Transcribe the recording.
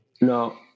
No